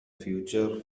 future